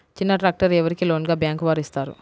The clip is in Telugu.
చిన్న ట్రాక్టర్ ఎవరికి లోన్గా బ్యాంక్ వారు ఇస్తారు?